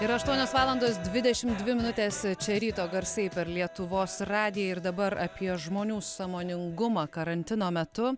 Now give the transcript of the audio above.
yra aštuonios valandos dvidešimt dvi minutės čia ryto garsai per lietuvos radiją ir dabar apie žmonių sąmoningumą karantino metu